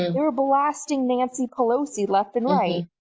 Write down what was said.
yeah were blasting nancy pelosi left and like